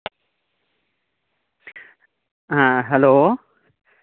ᱦᱮᱸ ᱦᱮᱞᱳ